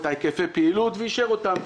את היקפי הפעילות ואישר אותם.